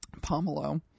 Pomelo